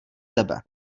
tebe